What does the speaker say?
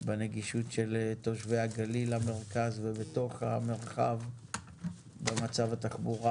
בנגישות של תושבי הגליל והמרכז ובתוך המרחב במצב התחבורה